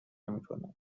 میکنند